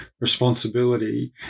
responsibility